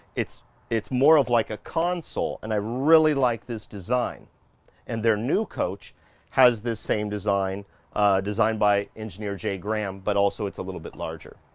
it's it's more of like a console. and i really liked like this design and their new coach has this same design designed by engineer jay graham, but also it's a little bit larger.